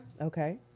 Okay